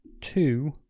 two